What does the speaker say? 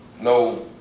no